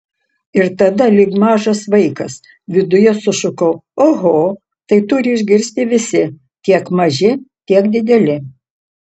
ir tada lyg mažas vaikas viduje sušukau oho tai turi išgirsti visi tiek maži tiek dideli